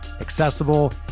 accessible